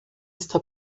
está